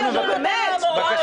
לא נותנים להם הוראות,